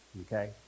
Okay